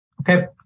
Okay